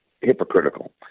hypocritical